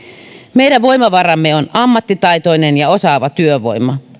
meidän voimavaramme on ammattitaitoinen ja osaava työvoima